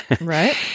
Right